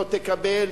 לא תקבל,